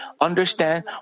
understand